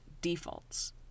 defaults